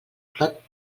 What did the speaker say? clot